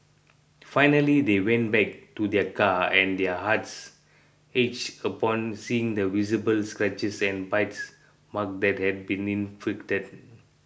finally they went back to their car and their hearts ached upon seeing the visible scratches and bite marks that had been inflicted